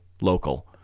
local